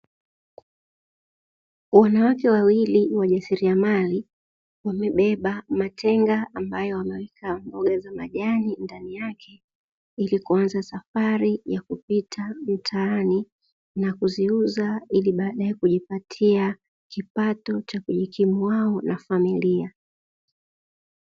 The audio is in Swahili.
Wanawake wawili wajasiriamali wamebeba matenga ambayo wameweka mboga za majani ndani yake, ili kuanza safari ya kupita mtaani na kuziuza ili baadae kujipatia kipato cha kujikimu wao na familia.